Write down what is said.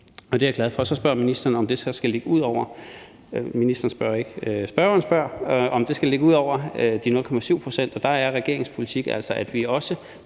og det er jeg glad for. Så spørger spørgeren, om det skal ligge ud over de 0,7 pct., og der er regeringens politik altså,